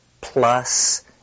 plus